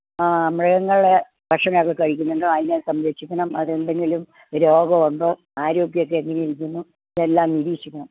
ആ മൃഗങ്ങൾ ഭക്ഷണമൊക്കെ കഴിക്കുന്നുണ്ടോ ആരോഗ്യം സംരക്ഷിക്കണം അതെന്തെങ്കിലും രോഗം ഉണ്ടോ ആരോഗ്യമൊക്കെ എങ്ങനെ ഇരിക്കുന്നു അതെല്ലാം നിരീക്ഷിക്കണം